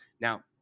Now